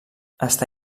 està